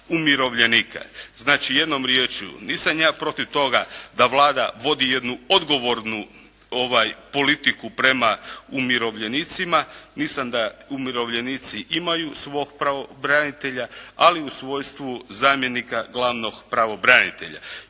Znači, jednom riječju nisam ja protiv toga da Vlada vodi jednu odgovornu politiku prema umirovljenicima, nisam da umirovljenici imaju svog pravobranitelja ali u svojstvu zamjenika glavnog pravobranitelja.